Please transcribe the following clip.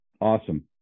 Awesome